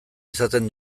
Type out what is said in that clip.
izaten